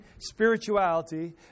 spirituality